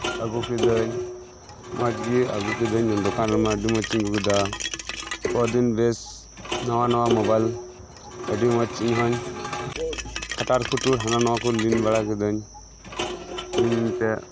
ᱟᱹᱜᱩ ᱠᱤᱫᱟᱹᱧ ᱢᱚᱪᱜᱤ ᱟᱹᱜᱩ ᱠᱤᱫᱟᱹᱧ ᱫᱚᱠᱟᱱ ᱨᱮᱢᱟ ᱟᱹᱰᱤ ᱢᱚᱪᱤᱧ ᱟᱹᱜᱩᱠᱮᱫᱟ ᱠᱚᱫᱤᱱ ᱵᱮᱥ ᱱᱟᱣᱟ ᱱᱟᱣᱟ ᱢᱚᱵᱟᱭᱤᱞ ᱟᱹᱰᱤ ᱢᱚᱪ ᱤᱧᱦᱚᱧ ᱠᱷᱟᱴᱟᱨ ᱠᱷᱩᱴᱩᱨ ᱦᱟᱱᱟ ᱱᱟᱣᱟᱠᱩ ᱞᱤᱱ ᱵᱟᱲᱟ ᱠᱤᱫᱟᱹᱧ ᱞᱤᱱ ᱞᱤᱱᱛᱮ